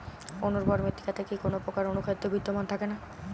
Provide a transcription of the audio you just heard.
অনুর্বর মৃত্তিকাতে কি কোনো প্রকার অনুখাদ্য বিদ্যমান থাকে না?